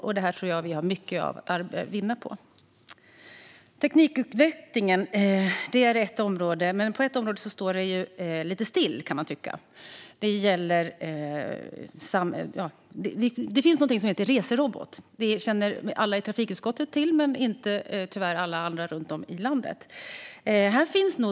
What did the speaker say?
Jag tror att vi har mycket att vinna på det. På ett annat område står det lite still. Det finns något som heter reserobot. Det känner alla i trafikutskottet till men tyvärr inte alla andra i landet.